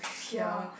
ya